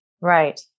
Right